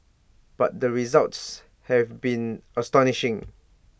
but the results have been astonishing